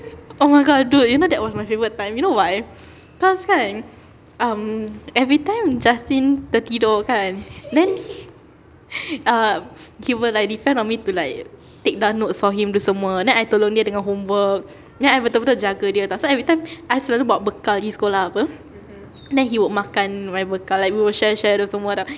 oh my god dude you know that was my favourite time you know why cause kan um everytime justin tertidur kan then uh he will like depend on me to like take down notes for him tu semua then I tolong dia dengan homework then I betul-betul jaga dia [tau] so everytime I selalu bawa bekal gi sekolah [pe] then he would makan my bekal like we would share share tu semua [tau]